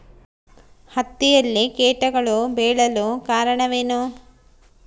ಹತ್ತಿಯಲ್ಲಿ ಕೇಟಗಳು ಬೇಳಲು ಕಾರಣವೇನು?